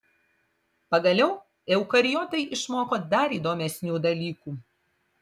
pagaliau eukariotai išmoko dar įdomesnių dalykų